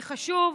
זה חשוב,